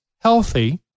healthy